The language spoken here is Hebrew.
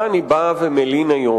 מה אני בא ומלין היום?